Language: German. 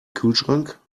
kühlschrank